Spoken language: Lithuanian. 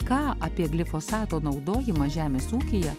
ką apie glifosato naudojimą žemės ūkyje